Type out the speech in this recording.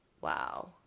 Wow